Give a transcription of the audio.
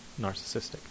narcissistic